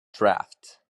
draft